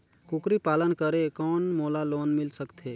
कूकरी पालन करे कौन मोला लोन मिल सकथे?